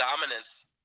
dominance